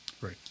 Right